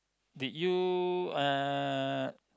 did you uh